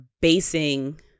basing